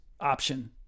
option